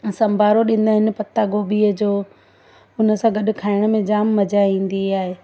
संभारो ॾींदा आहिनि पता गोभीअ जो उनसां गॾु खाइण में जाम मज़ा ईंदी आहे